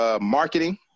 marketing